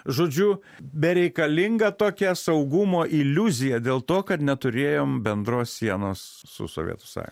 žodžiu bereikalinga tokia saugumo iliuzija dėl to kad neturėjom bendros sienos su sovietų sąjunga